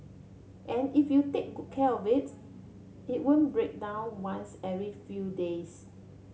and if you take good care of it it won't break down once every few days